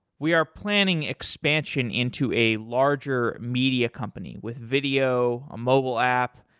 we are planning expansion into a larger media company with video, a mobile app,